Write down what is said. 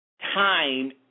time